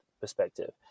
perspective